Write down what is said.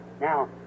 Now